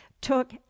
took